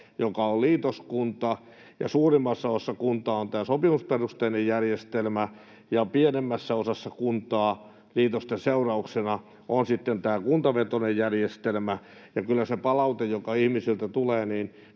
joka on liitoskunta. Suurimmassa osassa kuntaa on tämä sopimusperusteinen järjestelmä, ja pienemmässä osassa kuntaa liitosten seurauksena on kuntavetoinen järjestelmä. Ja kyllä siinä palautteessa, joka ihmisiltä tulee,